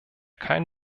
kein